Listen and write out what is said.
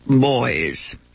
boys